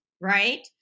right